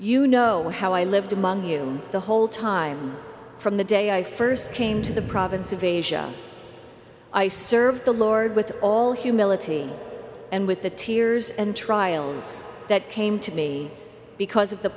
you know how i lived among you the whole time from the day i st came to the province of asia i serve the lord with all humility and with the tears and trials that came to me because of the